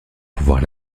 pouvoir